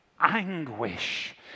anguish